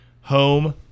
home